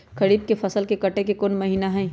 खरीफ के फसल के कटे के कोंन महिना हई?